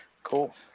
Cool